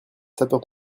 sapeurs